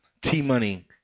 T-Money